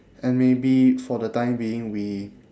and maybe for the time being we